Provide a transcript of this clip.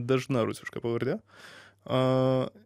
dažna rusiška pavardė a